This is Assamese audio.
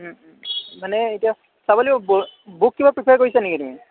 মানে এতিয়া চাব লাগিব বুক কিবা প্ৰিফাৰ কৰিছা নেকি তুমি